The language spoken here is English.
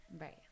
Right